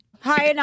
Hi